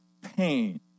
pain